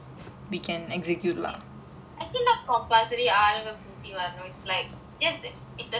okay actually not compulsory it is like just interactive content